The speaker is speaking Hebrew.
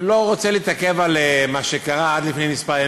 אני לא רוצה להתעכב על מה שקרה עד לפני ימים מספר,